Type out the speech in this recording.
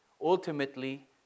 Ultimately